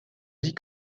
dit